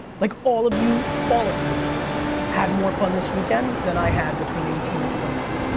like all of you, all of you had more fun this weekend, than i had between eighteen and twenty nine,